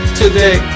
today